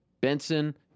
Benson